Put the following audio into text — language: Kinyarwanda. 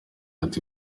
ati